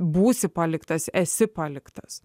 būsi paliktas esi paliktas